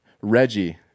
Reggie